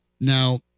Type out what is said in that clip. Now